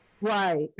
right